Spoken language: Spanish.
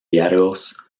diarios